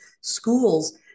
Schools